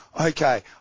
Okay